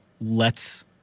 lets